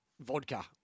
vodka